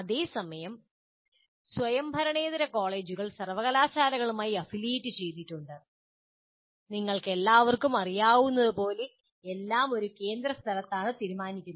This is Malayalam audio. അതേസമയം സ്വയംഭരണേതര കോളേജുകൾ സർവ്വകലാശാലകളുമായി അഫിലിയേറ്റ് ചെയ്തിട്ടുണ്ട് നിങ്ങൾക്കെല്ലാവർക്കും അറിയാവുന്നതുപോലെ എല്ലാം ഒരു കേന്ദ്ര സ്ഥലത്താണ് തീരുമാനിക്കുന്നത്